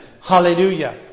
Hallelujah